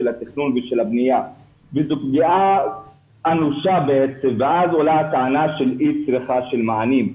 זאת פגיעה אנושה בעצם ואז עולה הטענה של אי-צריכה של מענים.